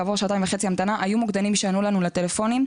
כעבור שעתיים וחצי המתנה היו מוקדנים שענו לנו לטלפונים,